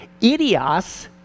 idios